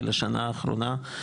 של השנה האחרונה.